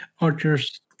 Archers